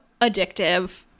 addictive